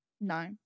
No